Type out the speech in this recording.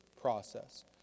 process